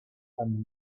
and